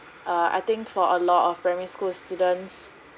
err I think for a lot of primary school students